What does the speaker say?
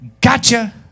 Gotcha